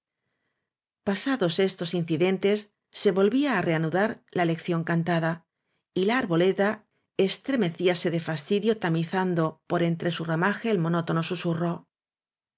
pasados estos incidentes se volvía á reanu dar la lección cantada y la arboleda éxtremecíase de fastidio tamizando por entre su ramaje el monótono susurro